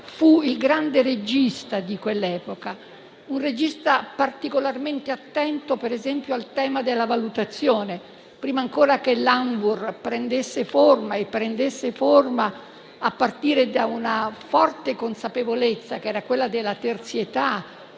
fu il grande regista di quell'epoca: un regista particolarmente attento - per esempio - al tema della valutazione, prima ancora che l'Anvur prendesse forma, a partire da una forte consapevolezza, che era quella della terzietà